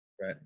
Right